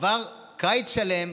עבר קיץ שלם,